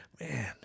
Man